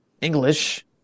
English